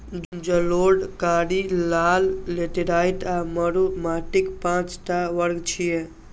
जलोढ़, कारी, लाल, लेटेराइट आ मरु माटिक पांच टा वर्ग छियै